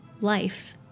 life